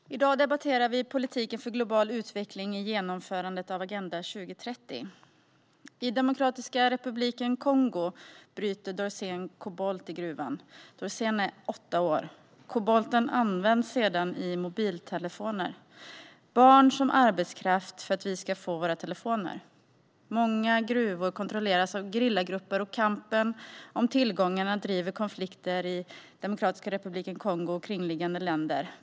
Herr talman! I dag debatterar vi politiken för global utveckling i genomförandet av Agenda 2030. I Demokratiska republiken Kongo bryter Dorsen kobolt i gruvan. Dorsen är åtta år gammal. Kobolten används sedan i mobiltelefoner. Barn används som arbetskraft för att vi ska få våra telefoner. Många gruvor kontrolleras av gerillagrupper, och kampen om tillgångarna driver konflikter i Demokratiska republiken Kongo och kringliggande länder.